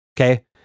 okay